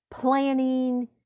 planning